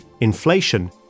Inflation